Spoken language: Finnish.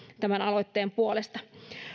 tämän aloitteen puolesta